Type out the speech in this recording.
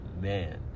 Man